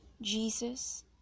Jesus